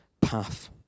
path